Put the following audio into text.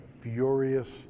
furious